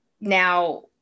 Now